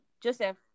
Joseph